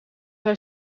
hij